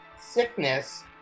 sickness